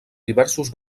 diversos